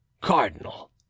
cardinal